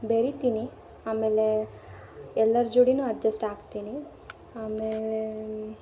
ಬೆರಿತೀನಿ ಆಮೇಲೆ ಎಲ್ಲರ ಜೋಡಿಯೂ ಅಜ್ಜೆಸ್ಟ್ ಆಗ್ತೀನಿ ಆಮೇಲೆ